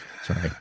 Sorry